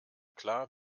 klar